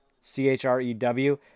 C-H-R-E-W